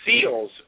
Seals